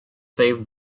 saved